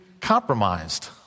compromised